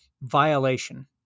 violation